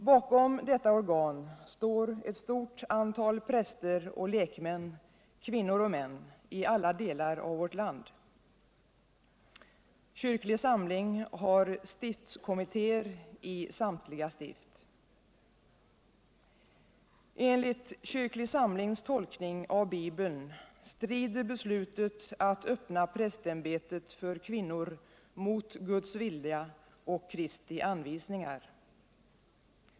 Bakom detta organ står ett stort antal präster och lekmän, kvinnor och män, i alla delar av vårt land. Kyrklig samling har stiftskommittéer i samtliga stift. Enligt Kyrklig samlings tolkning av Bibeln strider beslutet att öppna prästämbetet för kvinnor mot Guds vilja och Kristi anvisningar.